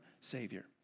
Savior